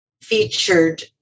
featured